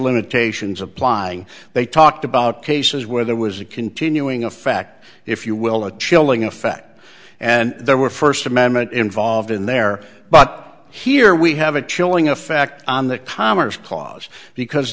limitations apply they talked about cases where there was a continuing effect if you will a chilling effect and there were first amendment involved in there but here we have a chilling effect on the commerce clause because